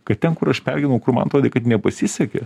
kad ten kur aš pergyvenau kur man atrodė kad nepasisekė